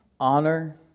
Honor